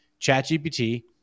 ChatGPT